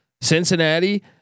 Cincinnati